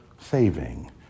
saving